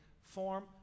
form